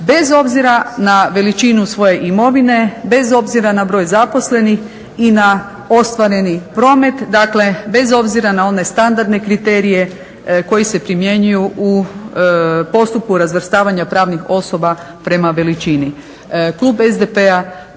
bez obzira na veličinu svoje imovine, bez obzira na broj zaposleni i na ostvareni promet, dakle bez obzira na one standardne kriterije koji se primjenjuju u postupku razvrstavanja pravnih osoba prema veličini. Klub SDP-a